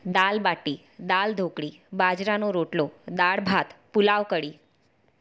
દાળ બાટી દાળ ઢોકળી બાજરાનો રોટલો દાળ ભાત પુલાવ કઢી